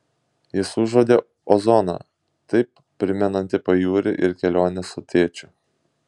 jis užuodė ozoną taip primenantį pajūrį ir keliones su tėčiu